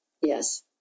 Yes